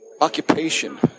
occupation